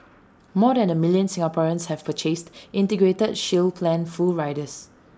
more than A million Singaporeans have purchased integrated shield plan full riders